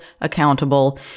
accountable